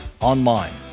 online